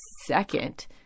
second